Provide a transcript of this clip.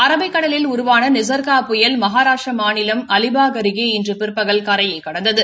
அரபிக்கடலில் உருவான நிஷா்கா புயல் மகாராஷ்டிரா மாநிலம் அலிபாக் அருகே இன்று பிற்பகல் கரையை கடந்தது